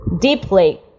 deeply